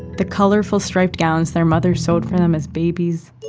the colorful striped gowns their mother sewed for them as babies,